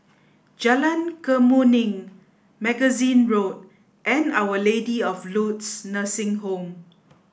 Jalan Kemuning Magazine Road and Our Lady of Lourdes Nursing Home